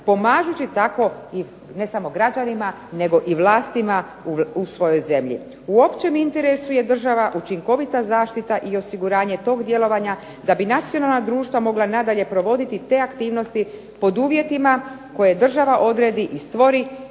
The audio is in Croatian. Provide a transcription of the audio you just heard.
pomažući tako i ne samo građanima, nego i vlastima u svojoj zemlji. U općem interesu je država, učinkovita zaštita i osiguranje tog djelovanja da bi nacionalna društva mogla nadalje provoditi te aktivnosti pod uvjetima koje država odredi i stvori